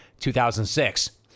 2006